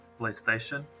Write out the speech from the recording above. PlayStation